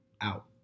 out